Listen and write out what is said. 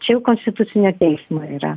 čia jau konstitucinio teismo yra